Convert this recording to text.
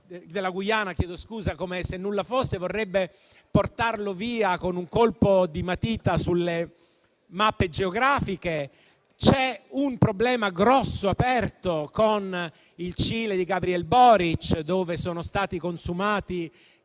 della Guiana, come se nulla fosse, e vorrebbe portarlo via con un colpo di matita sulle mappe geografiche. C'è un problema grosso aperto con il Cile di Gabriel Boric, dove sono stati consumati